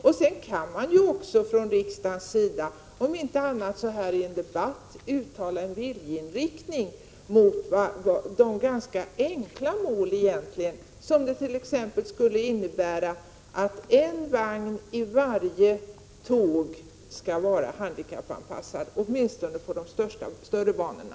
Man kan också från riksdagens sida om inte annat så åtminstone i en debatt uttala en viljeinriktning mot t.ex. det ganska enkla mål som det innebär att en vagn i varje tåg skall vara handikappanpassad, i alla fall på de större banorna.